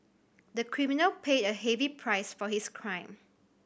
the criminal paid a heavy price for his crime